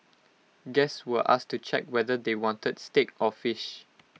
guests were asked to check whether they wanted steak or fish